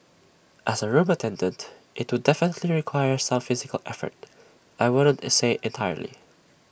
as A room attendant IT took definitely requires some physical effort I wouldn't A say entirely